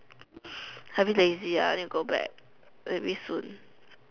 a bit lazy ah need to go back May be soon